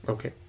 Okay